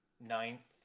ninth